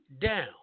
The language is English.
down